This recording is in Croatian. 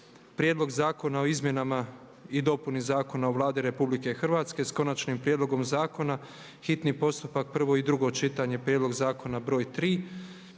Prijedlog zakona o izmjenama i dopuni Zakona o Vladi Republike Hrvatske sa Konačnim prijedlogom Zakona, hitni postupak, prvo i drugo čitanje, P.Z. br. 3.